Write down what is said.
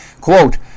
Quote